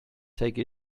take